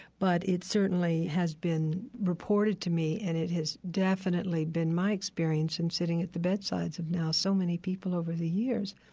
but it certainly has been reported to me and it has definitely been my experience in sitting at the bedsides of now so many people over the years.